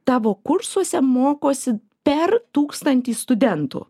tavo kursuose mokosi per tūkstantį studentų